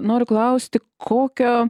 noriu klausti kokio